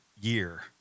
year